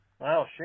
Wow